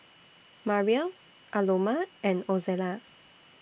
Mariel Aloma and Ozella